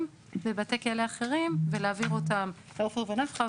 בבתי כלא אחרים ולהעביר אותם לעופר ונפחא,